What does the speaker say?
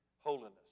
holiness